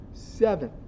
seven